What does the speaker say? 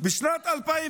בשנת 2008